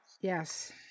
Yes